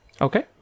Okay